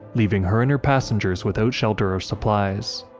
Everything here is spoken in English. leaving her and her passengers without shelter or supplies.